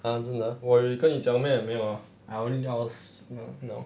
!huh! 真的我有跟你讲 meh 没有 ah I only tell us now